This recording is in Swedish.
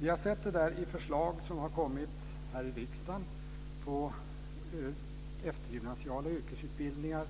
Vi har sett detta i de förslag som har kommit här i riksdagen på eftergymnasiala yrkesutbildningar.